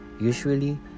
Usually